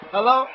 Hello